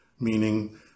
meaning